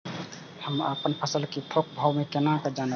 हम अपन फसल कै थौक भाव केना जानब?